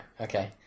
okay